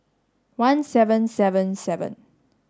one seven seven seven